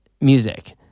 music